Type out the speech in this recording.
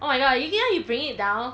oh my god you gi na you bringing it down